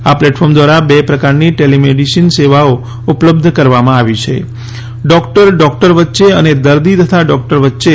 આ પ્લેટફોર્મ દ્વારા બે પ્રકારની ટેલિમેડિસિન સેવાઓ ઉપલબ્ધ કરવામાં આવી છે ડોક્ટર ડોક્ટર વચ્ચે અને દર્દી તથા ડોક્ટર વચ્ચે